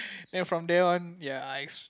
then from then on ya I